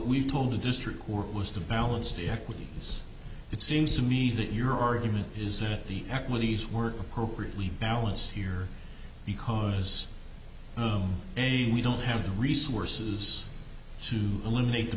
we told the district court was to balance the equities it seems to me that your argument is that the equities were appropriate we balance here because the and we don't have the resources to eliminate the